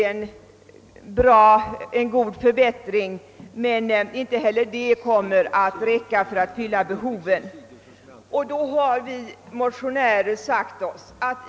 Detta är naturligtvis bra, men behovet kommer ändå inte att kunna fyllas.